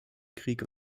krieg